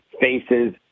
faces